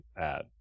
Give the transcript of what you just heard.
add